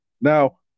Now